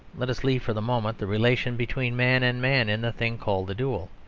let us leave, for the moment, the relation between man and man in the thing called the duel.